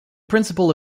principle